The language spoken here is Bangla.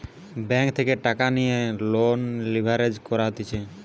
ব্যাঙ্ক থেকে টাকা লিয়ে লোন লিভারেজ করা হতিছে